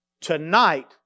tonight